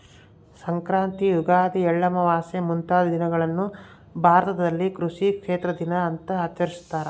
ಸಂಕ್ರಾಂತಿ ಯುಗಾದಿ ಎಳ್ಳಮಾವಾಸೆ ಮುಂತಾದ ದಿನಗಳನ್ನು ಭಾರತದಲ್ಲಿ ಕೃಷಿ ಕ್ಷೇತ್ರ ದಿನ ಅಂತ ಆಚರಿಸ್ತಾರ